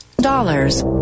Dollars